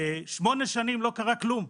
8 שנים לא קרה כלום.